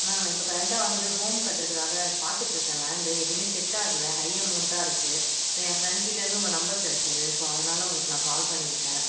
ma'am நான் இப்போது கரெண்ட்டாக வந்து ஹோம் கட்டுறதுக்காக பார்த்துட்டுயிருக்கேன் லேண்டு எதுவுமே செட் ஆகலை ஹை அமௌண்டாக இருக்குது ஸோ என் ஃபிரண்டு கிட்டேயிருந்து உங்கள் நம்பர் கிடைச்சுது ஸோ அதனால் நான் உங்களுக்கு கால் பண்ணியிருக்கேன்